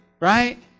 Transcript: right